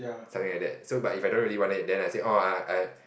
something like that so but if I don't really want it then I say oh I I